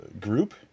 group